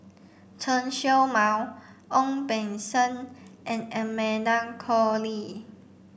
Chen Show Mao Ong Beng Seng and Amanda Koe Lee